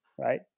right